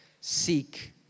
seek